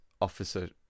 Officer